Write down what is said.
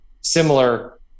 similar